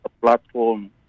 platform